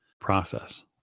process